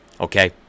Okay